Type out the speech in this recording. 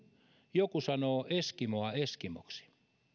joku sanoo eskimoa eskimoksi